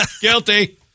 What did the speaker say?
Guilty